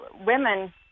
women